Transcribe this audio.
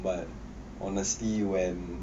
but honestly when